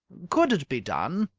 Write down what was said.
could it be done?